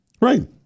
Right